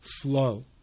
flow